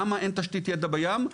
למה אין תשתית ידע בים?